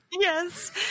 Yes